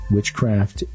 Witchcraft